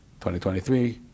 2023